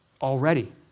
already